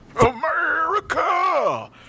America